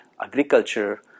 agriculture